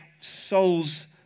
soul's